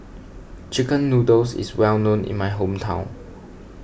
Chicken Noodles is well known in my hometown